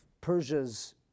Persia's